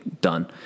done